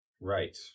Right